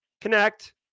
connect